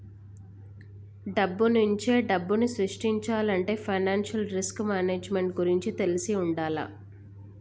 డబ్బునుంచే డబ్బుని సృష్టించాలంటే ఫైనాన్షియల్ రిస్క్ మేనేజ్మెంట్ గురించి తెలిసి వుండాల